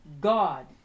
God